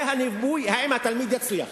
זה הניבוי האם התלמיד יצליח.